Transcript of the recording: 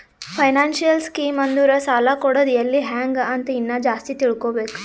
financial scheme ಅಂದುರ್ ಸಾಲ ಕೊಡದ್ ಎಲ್ಲಿ ಹ್ಯಾಂಗ್ ಅಂತ ಇನ್ನಾ ಜಾಸ್ತಿ ತಿಳ್ಕೋಬೇಕು